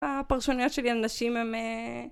הפרשנויות שלי על נשים הם אה…